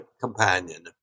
companion